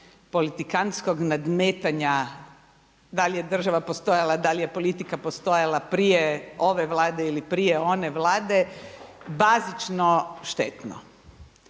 politikantskog nadmetanja da li je država postojala, da li je politika postojala prije ove Vlade ili prije one vlade bazično štetno.